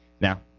Now